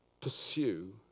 pursue